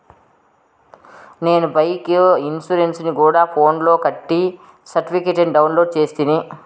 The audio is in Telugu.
నేను బైకు ఇన్సూరెన్సుని గూడా ఫోన్స్ లోనే కట్టి సర్టిఫికేట్ ని డౌన్లోడు చేస్తిని